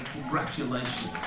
congratulations